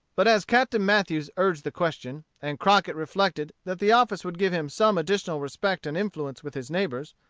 but as captain mathews urged the question, and crockett reflected that the office would give him some additional respect and influence with his neighbors,